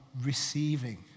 receiving